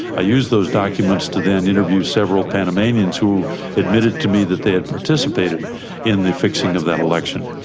i used those documents to then interview several panamanians who admitted to me that they had participated in the fixing of that election.